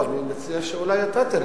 לא, אני מציע שאולי אתה תרד.